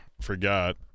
forgot